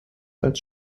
als